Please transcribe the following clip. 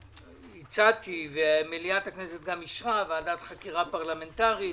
הצעתי, ומליאת הכנסת אישרה, ועדת חקירה פרלמנטרית,